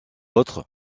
autres